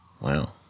Wow